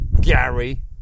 Gary